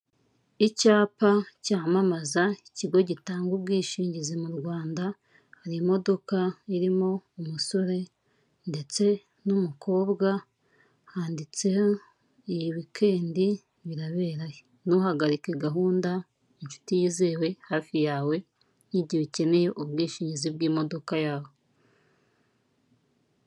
Icyapa cyamamza ikigo gitanda ubwishingizi mu Randwa hari imodoka irimo umusore ndetse n'umukobwa handitseho iyi weekend irabera he? ntuhagarike gahunda inshuti yizewe hafi yawe mu gihe ukeneye ubwishingizi bw'imodoka yawe.